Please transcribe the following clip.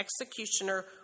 executioner